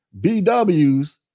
BWs